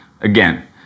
Again